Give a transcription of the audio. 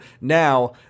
now